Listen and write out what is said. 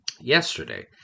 Yesterday